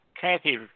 Kathy